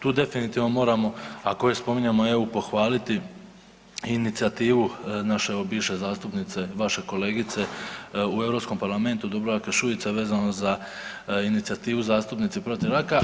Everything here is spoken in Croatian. Tu definitivno moramo ako spominjemo EU pohvaliti i inicijativu naše bivše zastupnice vaše kolegice u Europskom parlamentu Dubravke Šuice vezano za inicijativu „Zastupnici protiv raka“